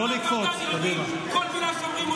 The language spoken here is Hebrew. גם בוועדה הם יודעים: כל מילה שאומרים,